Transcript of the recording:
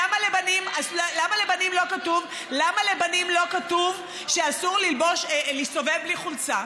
למה לבנים לא כתוב שאסור להסתובב בלי חולצה?